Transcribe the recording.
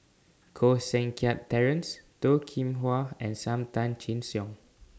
Koh Seng Kiat Terence Toh Kim Hwa and SAM Tan Chin Siong